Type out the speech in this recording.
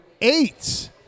eight